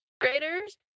graders